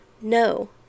No